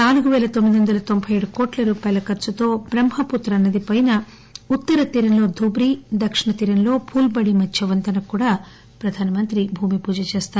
నాలుగు పేల తొమ్మిది వంద తొంబై ఏడు కోట్ల రూపాయల ఖర్చుతో ట్రహ్మపుత్రా నది పైన ఉత్తర తీరంలో ధూబ్రి దక్షిణతీరంలో పూల్ పాడి మధ్య వంతెనకు కూడా ప్రధాన మంత్రి భూమి పూజ చేస్తారు